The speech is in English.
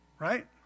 Right